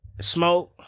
smoke